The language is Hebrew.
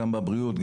גם בבריאות,